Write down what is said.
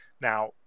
Now